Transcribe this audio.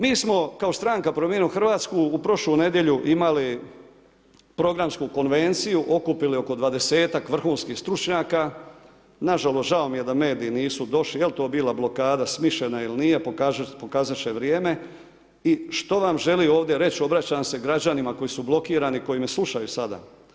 Mi smo kao stranka Promijenimo Hrvatsku u prošlu nedjelju imali programsku konvenciju, okupili oko dvadesetak vrhunskih stručnjaka, nažalost žao mi je da mediji nisu došli, jel' to bila blokada smišljena ili nije, pokazat će vrijeme, i što vam želim ovdje reći, obraćam se građanima koji su blokirani, koji me slušaju sada.